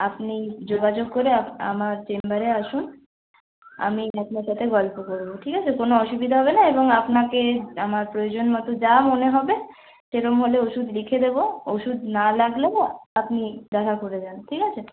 আপনি যোগাযোগ করে আমার চেম্বারে আসুন আমি আপনার সাথে গল্প করবো ঠিক আছে কোনো অসুবিধা হবে না এবং আপনাকে আমার প্রয়োজন মতো যা মনে হবে সেরমভাবে ওষুধ লিখে দেবো ওষুধ না লাগলেও আপনি দেখা করে যান ঠিক আছে